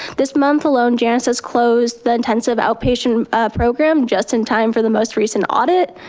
this month alone, janus has closed the intensive outpatient program just in time for the most recent audit,